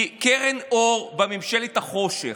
היא קרן אור בממשלת החושך.